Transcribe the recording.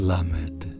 Lamed